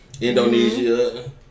Indonesia